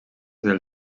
del